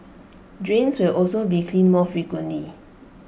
drains will also be cleaned more frequently